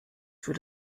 für